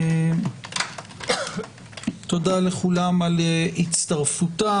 תודה לכולם על הצטרפותם.